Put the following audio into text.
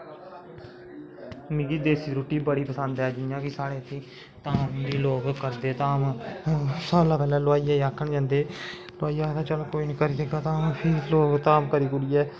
मिगी देस्सी रुट्टी बड़ी पसंद ऐ जि'यां कि साढ़े इत्थै धाम ही लोग करदे धाम सारें कोला दा पैह्लें हलवाई गी आक्खन जंदे हलबाई आखदा चलो करी देह्गा धाम लोग धाम करी कुरियै